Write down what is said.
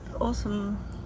awesome